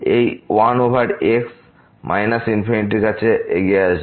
এই 1 over x minus ইনফিনিটির কাছে আসবে